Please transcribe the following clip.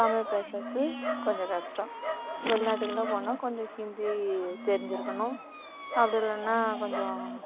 தமிழ் பேசுவது கொஞ்சம் கஷ்டம் வெளிநாட்டுக்கெலாம் போனால் கொஞ்சம் ஹிந்தி தெரிஞ்சிருக்கணும் அப்படி இல்லைன்னா கொஞ்சம்